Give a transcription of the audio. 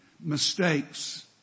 mistakes